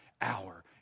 hour